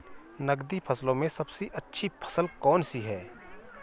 नकदी फसलों में सबसे अच्छी फसल कौन सी है?